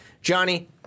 Johnny